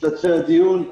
משתתפי הדיון.